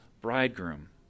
bridegroom